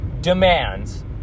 demands